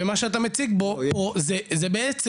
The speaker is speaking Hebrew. ומה שאתה מציג פה זה בעצם,